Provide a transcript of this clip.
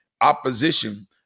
opposition